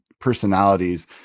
personalities